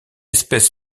espèce